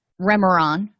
Remeron